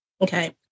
Okay